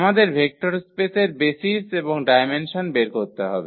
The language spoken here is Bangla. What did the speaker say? আমাদের ভেক্টর স্পেসের বেসিস এবং ডায়মেনসন বের করতে হবে